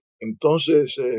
Entonces